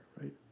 right